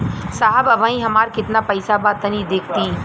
साहब अबहीं हमार कितना पइसा बा तनि देखति?